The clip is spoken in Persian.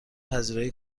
پذیرایی